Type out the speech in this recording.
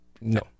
No